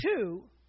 two